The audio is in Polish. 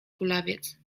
kulawiec